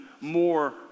more